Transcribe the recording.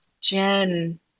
Jen